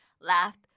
laughed